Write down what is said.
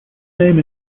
name